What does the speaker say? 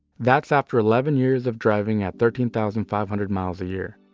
that's after eleven years of driving at thirteen thousand five hundred miles a year.